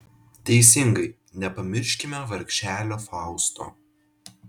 teisingai nepamirškime vargšelio fausto